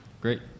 Great